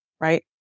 right